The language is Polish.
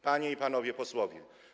Panie i Panowie Posłowie!